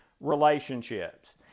relationships